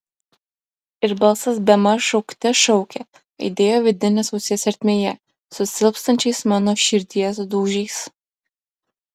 ir balsas bemaž šaukte šaukė aidėjo vidinės ausies ertmėje su silpstančiais mano širdies dūžiais